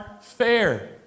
fair